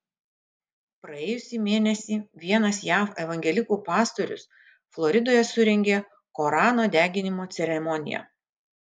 praėjusį mėnesį vienas jav evangelikų pastorius floridoje surengė korano deginimo ceremoniją